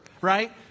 right